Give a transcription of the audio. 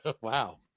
Wow